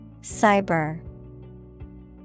Cyber